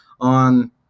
on